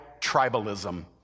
tribalism